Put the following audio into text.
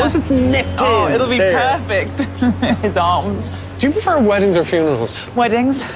ah perfect it's always true for weddings or funerals, weddings.